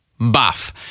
Buff